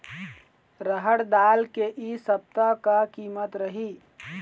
रहड़ दाल के इ सप्ता का कीमत रही?